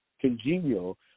congenial